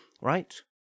right